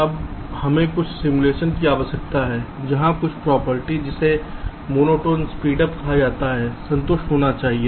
अब हमें कुछ सिमुलेशन की आवश्यकता है जहां कुछ प्रॉपर्टी जिसे मोनोटोन स्पीडअप कहा जाता है संतुष्ट होना चाहिए